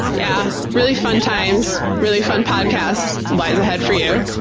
yeah. really fun times, really fun podcast lies ahead for you.